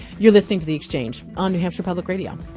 you're listening to the exchange on new hampshire public radio.